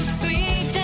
sweet